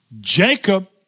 Jacob